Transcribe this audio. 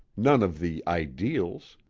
none of the ideals.